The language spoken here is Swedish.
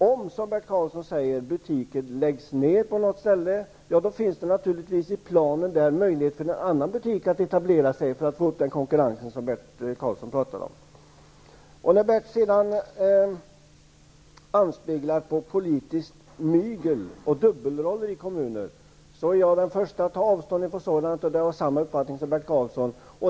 Om, som Bert Karlsson säger, butiker läggs ned på något ställe, finns det naturligtvis i planen möjlighet för en annan butik att etablera sig och skapa den konkurrens han talar om. Bert Karlsson anspelar vidare på politiskt mygel och dubbelroller i kommuner. Jag är den förste att ta avstånd från sådant, och jag har samma uppfattning som Bert Karlsson.